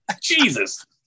Jesus